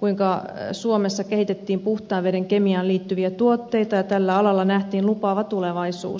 kuinka suomessa kehitettiin puhtaan veden kemiaan liittyviä tuotteita ja tällä alalla nähtiin lupaava tulevaisuus